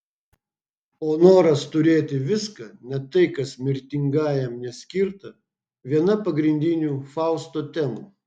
o noras turėti viską net tai kas mirtingajam neskirta viena pagrindinių fausto temų